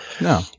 No